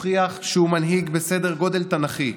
הוכיח שהוא מנהיג בסדר גודל תנ"כי.